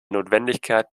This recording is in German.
notwendigkeit